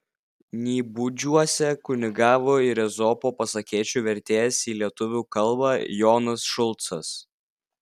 nybudžiuose kunigavo ir ezopo pasakėčių vertėjas į lietuvių kalbą jonas šulcas